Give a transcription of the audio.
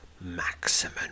Maximum